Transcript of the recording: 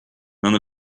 none